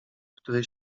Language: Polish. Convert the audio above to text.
której